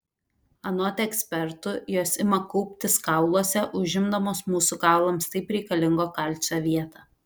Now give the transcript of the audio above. anot ekspertų jos ima kauptis kauluose užimdamos mūsų kaulams taip reikalingo kalcio vietą